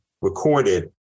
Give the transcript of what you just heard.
recorded